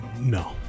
no